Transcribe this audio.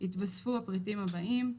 התווספו הפריטים הבאים: